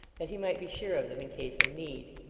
that he might be sure of them, in case of need.